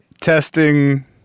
testing